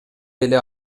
эле